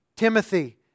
Timothy